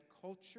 culture